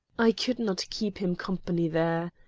i could not keep him company there.